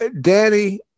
Danny